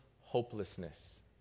hopelessness